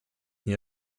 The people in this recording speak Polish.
nie